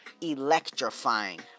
electrifying